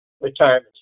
retirement